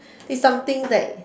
it's something that